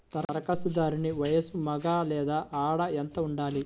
ధరఖాస్తుదారుని వయస్సు మగ లేదా ఆడ ఎంత ఉండాలి?